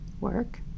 work